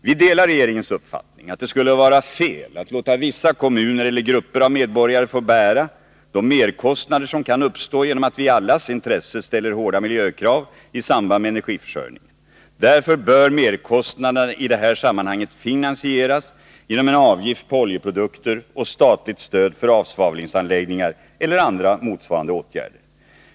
Vi delar regeringens uppfattning att det skulle vara fel att låta vissa kommuner eller grupper av medborgare få bära de merkostnader som kan uppstå genom att vi i allas intresse ställer hårda miljökrav i samband med energiförsörjningen. Därför bör merkostnaderna i det här sammanhanget finansieras genom en avgift på oljeprodukter och statligt stöd för avsvavlingsanläggningar eller andra motsvarande åtgärder.